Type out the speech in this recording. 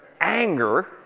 anger